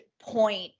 point